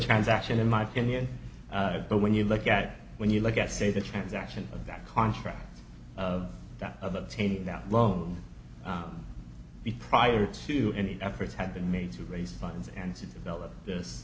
transaction in my canyon but when you look at when you look at say the transaction of that contract of that of obtaining the loan the prior to any efforts had been made to raise funds and to develop this